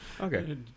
Okay